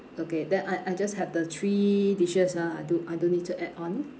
okay then I I just have the three dishes ah I do~ I don't need to add on